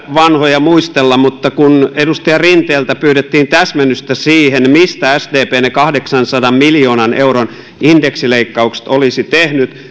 vanhoja mutta kun edustaja rinteeltä pyydettiin täsmennystä siihen mistä sdp ne kahdeksansadan miljoonan euron indeksileikkaukset olisi tehnyt